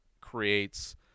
creates